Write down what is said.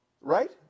right